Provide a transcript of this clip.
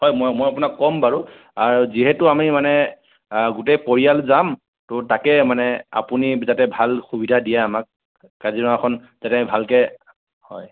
হয় মই মই আপোনাক কম বাৰু আৰু যিহেতু আমি মানে গোটেই পৰিয়াল যাম ত' তাকে মানে আপুনি যাতে ভাল সুবিধা দিয়ে আমাক কাজিৰঙাখন যাতে ভালকৈ হয়